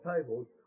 tables